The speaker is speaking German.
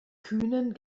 kühnen